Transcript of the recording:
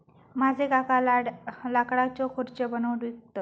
माझे काका लाकडाच्यो खुर्ची बनवून विकतत